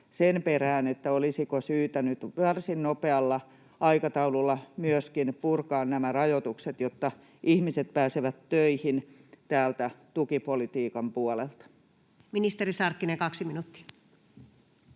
sen perään, olisiko syytä nyt varsin nopealla aikataululla myöskin purkaa nämä rajoitukset, jotta ihmiset pääsevät töihin tukipolitiikan puolelta. [Speech 126] Speaker: Anu